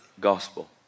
gospel